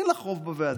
אין לך רוב בוועדה,